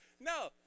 No